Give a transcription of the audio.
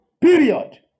Period